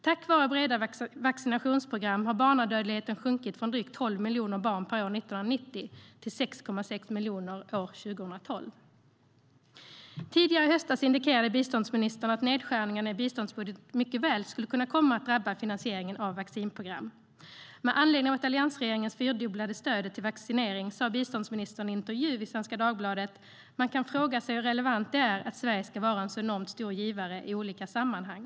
Tack vare breda vaccinationsprogram har barnadödligheten sjunkit från drygt 12 miljoner barn år 1990 till 6,6 miljoner barn år 2012. Tidigare i höstas indikerade biståndsministern att nedskärningarna i biståndsbudgeten mycket väl skulle kunna komma att drabba finansieringen av vaccinprogram. Med anledning av att alliansregeringen fyrdubblade stödet till vaccinering sa biståndsministern i en intervju i Svenska Dagbladet att man kan fråga sig hur relevant det är att Sverige ska vara en så enormt stor givare i olika sammanhang.